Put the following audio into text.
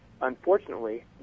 Unfortunately